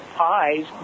eyes